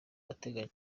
ateganya